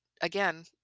again